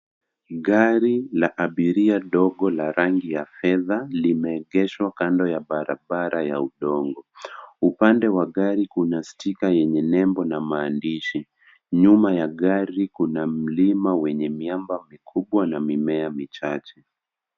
Gari la abiria ndogo la rangi ya fedha limeegeshwa kando ya barabara ya udongo. Upande wa gari kuna sticker yenye nembo na maandishi. Nyuma ya gari kuna milima wenye miamba mikubwa na mimea michache.